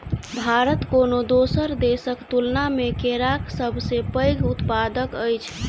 भारत कोनो दोसर देसक तुलना मे केराक सबसे पैघ उत्पादक अछि